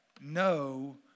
no